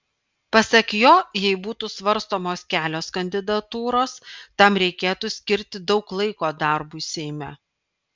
pasak jo jei būtų svarstomos kelios kandidatūros tam reikėtų skirti daug laiko darbui seime